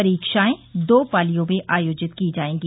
परीक्षाएं दो पालियों में आयोजित की जायेंगी